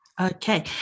Okay